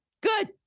Good